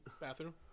bathroom